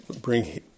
bring